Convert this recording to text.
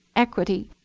equity,